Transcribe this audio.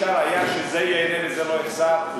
לא היה אפשר שזה ייהנה וזה לא יחסר?